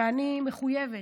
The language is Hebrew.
אני מחויבת,